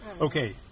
Okay